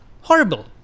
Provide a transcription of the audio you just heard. horrible